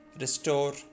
restore